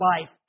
life